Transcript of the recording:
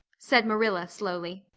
said marilla slowly,